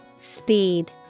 Speed